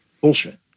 Bullshit